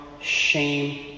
shame